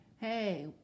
Hey